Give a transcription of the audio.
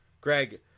Greg